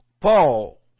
Paul